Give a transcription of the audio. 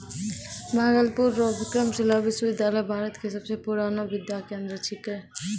भागलपुर रो विक्रमशिला विश्वविद्यालय भारत के सबसे पुरानो विद्या केंद्र छिकै